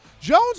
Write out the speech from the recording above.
Jones